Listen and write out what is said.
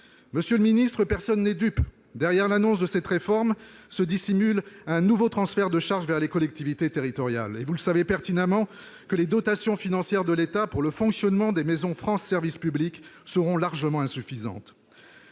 Monsieur le ministre, personne n'est dupe : derrière l'annonce de cette réforme se dissimule un nouveau transfert de charges vers les collectivités territoriales. Or, vous le savez pertinemment, les dotations financières de l'État pour le fonctionnement des maisons France services seront largement insuffisantes.